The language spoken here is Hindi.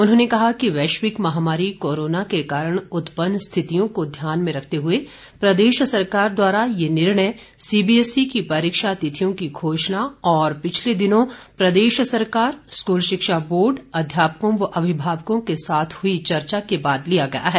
उन्होंने कहा कि वैश्विक महामारी कोरोना के कारण उत्पन्न स्थितियों को ध्यान में रखते हुए प्रदेश सरकार द्वारा यह निर्णय सीबीएसई की परीक्षा तिथियों की घोषणा और पिछले दिनों प्रदेश सरकार स्कूल शिक्षा बोर्ड अध्यापकों व अभिभावकों के साथ हुई चर्चा के बाद लिया गया है